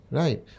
right